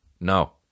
No